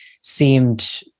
seemed